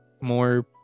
more